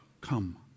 come